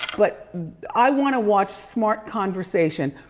but i wanna watch smart conversation.